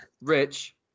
Rich